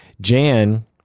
Jan